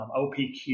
OPQ